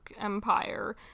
Empire